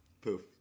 Poof